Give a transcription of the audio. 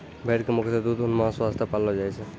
भेड़ कॅ मुख्यतः दूध, ऊन, मांस वास्तॅ पाललो जाय छै